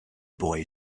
boy